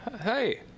hey